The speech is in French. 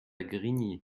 grigny